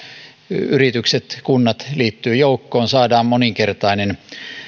yritykset kunnat liittyvät joukkoon saadaan moninkertainen